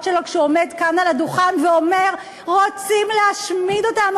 שלו כשהוא עומד כאן על הדוכן ואומר: רוצים להשמיד אותנו,